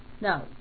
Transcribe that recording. No